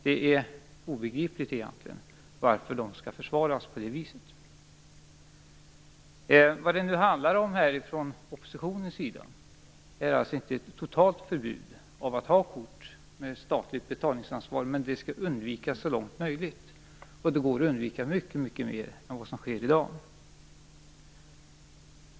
Det är egentligen obegripligt varför de skall försvaras på det viset. Oppositionen vill inte ha ett totalt förbud mot att ha kort med statligt betalningsansvar, men det skall undvikas så långt möjligt. Det går att undvika mycket mer än vad som sker i dag.